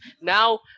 Now